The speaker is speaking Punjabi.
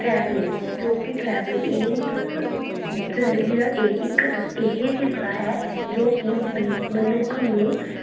ਟਰੈਵਲਿੰਗ ਜੋ ਕਿ ਟਰੈਵਲਿੰਗ ਜ਼ਿੰਦਗੀ ਦਾ ਇਹ ਇੱਕ ਇਹ ਹਿੱਸਾ ਹੈ ਜੋ ਕਿ ਮ ਮਨੁੱਖ ਨੂੰ